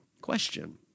question